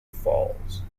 falls